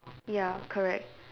ya correct